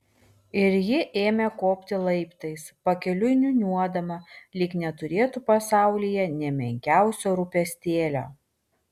ir ji ėmė kopti laiptais pakeliui niūniuodama lyg neturėtų pasaulyje nė menkiausio rūpestėlio